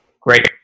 Great